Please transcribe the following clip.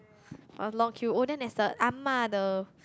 a long queue oh then there's the Ah-Ma the